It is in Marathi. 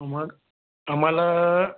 मग आम्हाला